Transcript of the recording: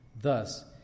Thus